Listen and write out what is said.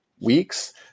weeks